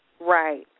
Right